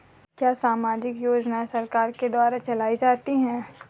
क्या सामाजिक योजनाएँ सरकार के द्वारा चलाई जाती हैं?